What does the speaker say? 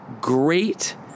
great